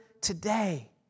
today